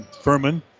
Furman